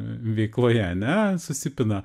veikloje ane susipina